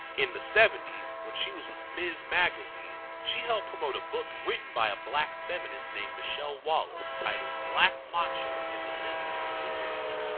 in the seventy s, when she was with ms. magazine, she helped promote a book written by a black feminist named michele wallace titled, black macho and the myth of the superwoman.